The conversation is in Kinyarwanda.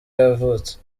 yavutse